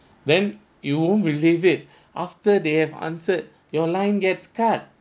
then you won't believe it after they have answered your line gets cut